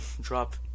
drop